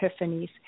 epiphanies